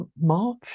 march